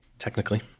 Technically